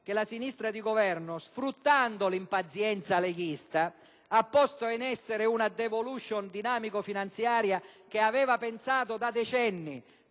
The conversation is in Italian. che la sinistra di Governo, sfruttando l'impazienza leghista, ha posto in essere una *devolution* dinamico-finanziaria che aveva pensato da decenni